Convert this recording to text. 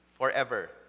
forever